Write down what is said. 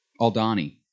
Aldani